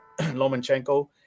Lomachenko